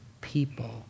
people